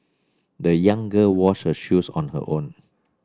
the young girl washed her shoes on her own